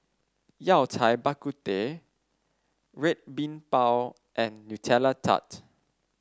Yao Cai Bak Kut Teh Red Bean Bao and Nutella Tart